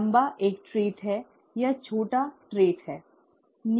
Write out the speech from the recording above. लंबा एक ट्रेट है या छोटा ट्रेट है ठीक है